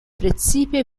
precipe